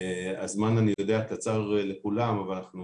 אני יודע שהזמן קצר לכולם, אבל אנחנו